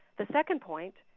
the second point,